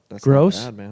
gross